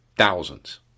thousands